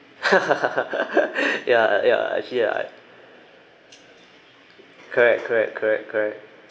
ya ya ya correct correct correct correct